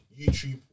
YouTube